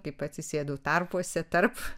kaip atsisėdau tarpuose tarp